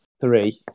three